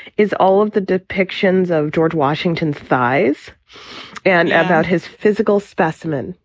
is all of the depictions of george washington's thighs and about his physical specimen.